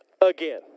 again